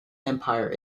empire